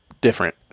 different